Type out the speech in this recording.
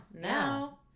Now